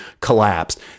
collapsed